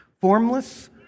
Formless